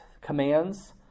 commands